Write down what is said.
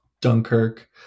dunkirk